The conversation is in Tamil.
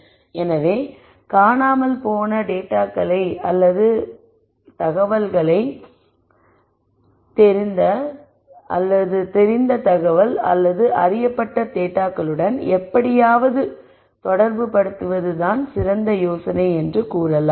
எனவே காணாமல் போன தகவல்களை அல்லது காணாமல் போன டேட்டாவை தெரிந்த தகவல் அல்லது அறியப்பட்ட டேட்டாகளுடன் எப்படியாவது தொடர்புபடுத்துவது தான் சிறந்த யோசனை என்று கூறலாம்